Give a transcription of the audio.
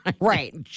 Right